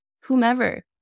whomever